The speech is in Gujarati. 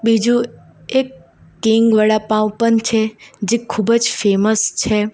બીજું એક કિંગ વડાપાંવ પણ છે જે ખૂબ જ ફેમસ છે